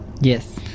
Yes